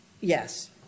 Yes